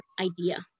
idea